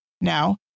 Now